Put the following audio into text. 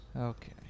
Okay